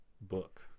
book